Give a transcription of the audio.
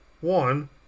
one